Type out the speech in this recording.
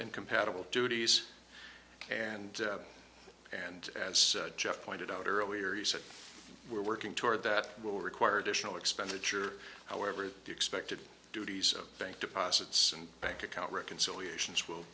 incompatible duties and and as jeff pointed out earlier he said we're working toward that will require additional expenditure however the expected duties of bank deposits and bank account reconciliation